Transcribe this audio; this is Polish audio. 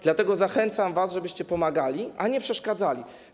Dlatego zachęcam was, żebyście pomagali, a nie przeszkadzali.